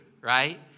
right